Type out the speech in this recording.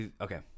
Okay